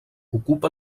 ocupa